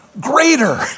greater